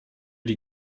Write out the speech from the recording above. die